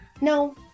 No